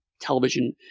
television